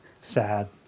sad